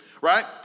right